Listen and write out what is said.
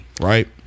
right